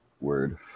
Word